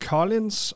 Collins